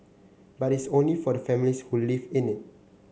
but it's only for the families who live in it